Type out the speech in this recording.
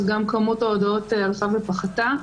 גם כמות ההודעות הלכה ופחתה.